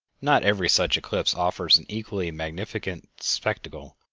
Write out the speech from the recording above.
not every such eclipse offers an equally magnificent spectacle.